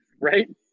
Right